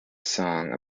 song